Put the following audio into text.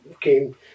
came